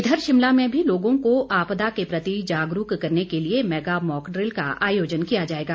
इधर शिमला में भी लोगों को आपदा के प्रति जागरूक करने के लिये मेगा मॉक ड्रिल का आयोजन किया जाएगा